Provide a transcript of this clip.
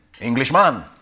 Englishman